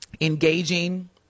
engaging